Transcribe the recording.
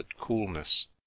coolness